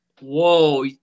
Whoa